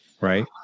Right